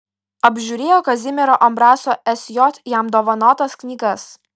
apžiūrėjo kazimiero ambraso sj jam dovanotas knygas